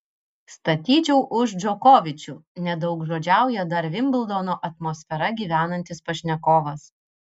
statyčiau už džokovičių nedaugžodžiauja dar vimbldono atmosfera gyvenantis pašnekovas